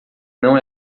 não